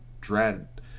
dread